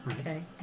Okay